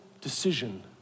decision